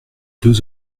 deux